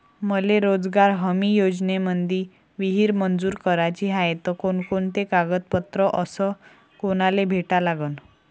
मले रोजगार हमी योजनेमंदी विहीर मंजूर कराची हाये त कोनकोनते कागदपत्र अस कोनाले भेटा लागन?